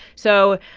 so,